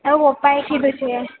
એવું પપ્પાએ કીધું છે